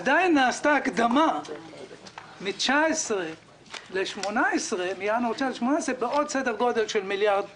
עדיין נעשתה הקדמה מ-2019 ל-2018 בסדר גודל של מיליארד פלוס,